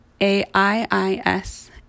AIIS